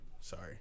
sorry